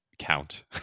count